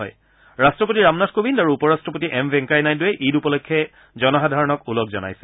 ৰাষ্ট্ৰপতি ৰামনাথ কোবিন্দ আৰু উপ ৰাট্টপতি এম ভেংকায়া নাইড়ৱে ঈদ উপলক্ষে জনসাধাৰণক ওলগ জনাইছে